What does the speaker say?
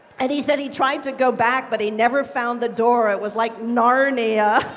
and he said he tried to go back, but he never found the door. it was like narnia.